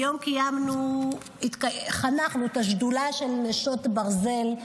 היום חנכנו את השדולה של נשות הברזל.